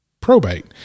probate